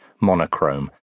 monochrome